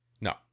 No